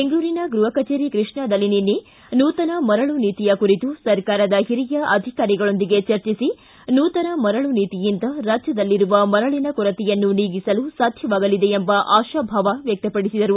ಬೆಂಗಳೂರಿನ ಗೃಹ ಕಚೇರಿ ಕೃಷ್ಣಾದಲ್ಲಿ ನಿನ್ನೆ ನೂತನ ಮರಳು ನೀತಿಯ ಕುರಿತು ಸರ್ಕಾರದ ಹಿರಿಯ ಅಧಿಕಾರಿಗಳೊಂದಿಗೆ ಚರ್ಚಿಸಿ ನೂತನ ಮರಳು ನೀತಿಯಿಂದ ರಾಜ್ಯದಲ್ಲಿರುವ ಮರಳಿನ ಕೊರತೆಯನ್ನು ನೀಗಿಸಲು ಸಾಧ್ಯವಾಗಲಿದೆ ಎಂಬ ಆಶಾಭಾವ ವ್ಯಕ್ತಪಡಿಸಿದರು